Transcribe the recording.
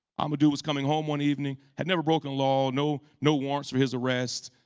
amadou was coming home one evening, had never broken a law, no no warrants for his arrest.